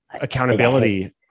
accountability